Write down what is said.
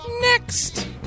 Next